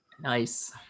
Nice